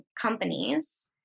companies